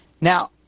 Now